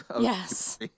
Yes